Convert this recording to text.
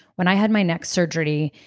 when i had my neck surgery,